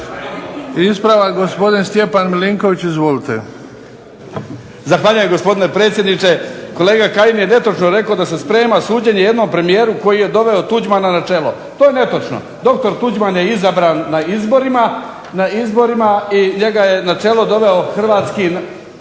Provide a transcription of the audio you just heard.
Ispravak, gospodin Stjepan Milinković. Izvolite. **Milinković, Stjepan (HDZ)** Zahvaljujem, gospodine predsjedniče. Kolega Kajin je netočno rekao da se sprema suđenje jednom premijeru koji je doveo Tuđmana na čelo. To je netočno. Doktor Tuđman je izabran na izborima i njega je na čelo doveo hrvatski narod